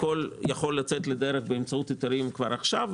והכול יכול לצאת לדרך באמצעות היתרים כבר עכשיו,